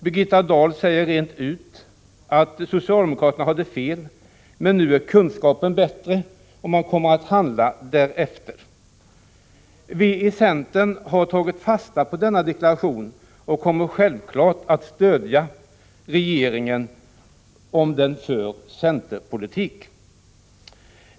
Birgitta Dahl säger rent ut att socialdemokraterna hade fel men att kunskapen nu är bättre och att man kommer att handla därefter. Vi i centern har tagit fasta på denna deklaration och kommer självfallet att stödja regeringen, om den för centerpolitik.